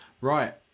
right